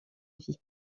vie